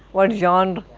what genre